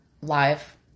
live